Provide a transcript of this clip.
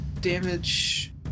damage